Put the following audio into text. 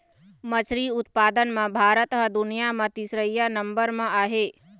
मछरी उत्पादन म भारत ह दुनिया म तीसरइया नंबर म आहे